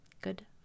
Good